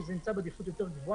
שזה נמצא בעדיפות יותר גבוהה,